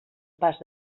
pas